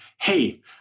hey